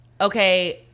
okay